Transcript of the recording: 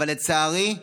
אבל לצערי,